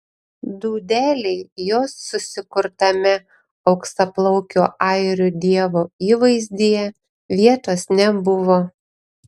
dūdelei jos susikurtame auksaplaukio airių dievo įvaizdyje vietos nebuvo